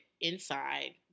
inside